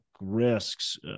risks